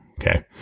Okay